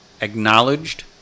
acknowledged